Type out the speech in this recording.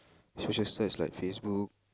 social sites like Facebook